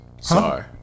Sorry